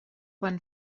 van